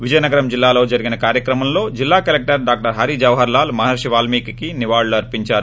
విజయనగరం జిల్లాలో జరిగిన కార్యక్రమంలో జిల్లా కలెక్టర్ డాక్టర్ హరిజవహర్లాల్ మహర్షి వాల్మికి నివాళులు అర్పించారు